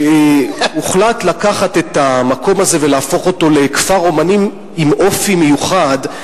הוחלט לקחת את המקום הזה ולהפוך אותו לכפר אמנים עם אופי מיוחד,